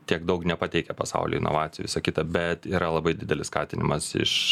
tiek daug nepateikia pasauly inovacijų visa kita bet yra labai didelis skatinimas iš